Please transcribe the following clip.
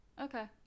Okay